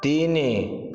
ତିନି